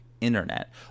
Internet